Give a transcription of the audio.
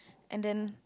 and then